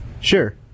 Sure